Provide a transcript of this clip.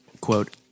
Quote